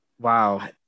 wow